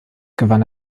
gewann